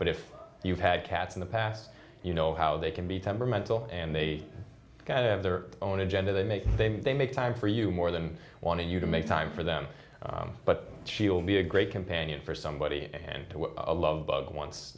owner if you've had cats in the past you know how they can be temperamental and they have their own agenda they make they they make time for you more them wanted you to make time for them but she'll be a great companion for somebody and a love bug once